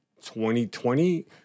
2020